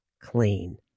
clean